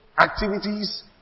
activities